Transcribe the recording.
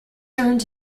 earned